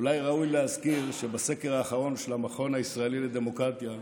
ואולי ראוי להזכיר שבסקר האחרון של המכון הישראלי לדמוקרטיה,